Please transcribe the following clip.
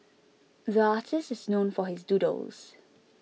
the artist is known for his doodles